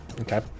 Okay